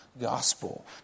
gospel